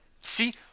See